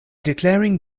declaring